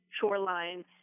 shoreline